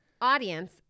Audience